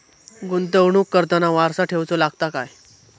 गुंतवणूक करताना वारसा ठेवचो लागता काय?